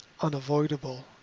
unavoidable